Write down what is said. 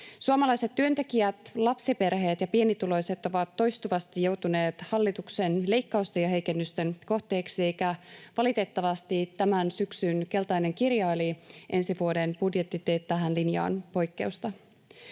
Suomalaiset työntekijät, lapsiperheet ja pienituloiset ovat toistuvasti joutuneet hallituksen leikkausten ja heikennysten kohteeksi, eikä valitettavasti tämän syksyn keltainen kirja eli ensi vuoden budjetti tee tähän linjaan poikkeusta.